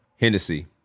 Hennessy